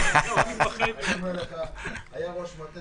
היה ראש מטה